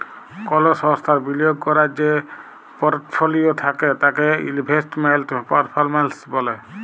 call সংস্থার বিলিয়গ ক্যরার যে পরটফলিও থ্যাকে তাকে ইলভেস্টমেল্ট পারফরম্যালস ব্যলে